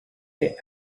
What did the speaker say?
they